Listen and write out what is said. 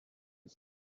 you